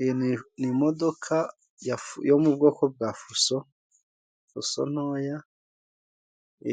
Iyi ni imodoka ya yo mu bwoko bwa fuso, fuso ntoya